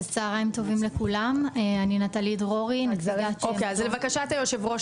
צוהריים טובים לכולם --- לבקשת היושב-ראש,